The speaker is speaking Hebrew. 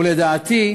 ולדעתי,